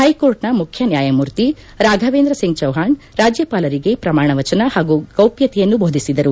ಹೈಕೋರ್ಟ್ನ ಮುಖ್ಯ ನ್ಯಾಯಮೂರ್ತಿ ರಾಫವೇಂದ್ರ ಸಿಂಗ್ ಚೌಪಣ್ ರಾಜಪಾಲರಿಗೆ ಪ್ರಮಾಣ ವಚನ ಹಾಗೂ ಗೌಪ್ಲತೆಯನ್ನು ಭೋಧಿಸಿದರು